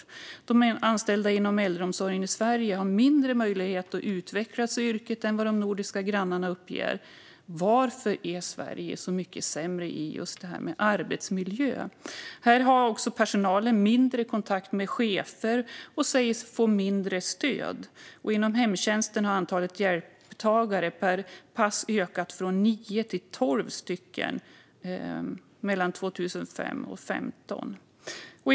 De anställda inom äldreomsorgen i Sverige har mindre möjlighet att utveckla sig i yrket än vad de nordiska grannarna uppger. Varför är Sverige så mycket sämre i just detta med arbetsmiljö? Här har också personalen mindre kontakt med chefer och säger sig få mindre stöd. Inom hemtjänsten har antalet hjälptagare per pass ökat från nio till tolv mellan 2005 och 2015.